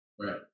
Right